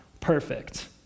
perfect